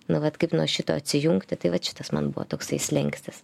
nu vat kaip nuo šito atsijungti tai vat šitas man buvo toksai slenkstis